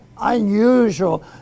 unusual